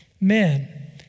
men